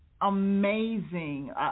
amazing